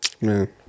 Man